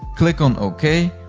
click on okay,